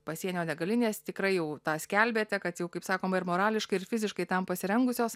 pasienio degalinės tikrai jau tą skelbėte kad jau kaip sakoma ir morališkai ir fiziškai tam pasirengusios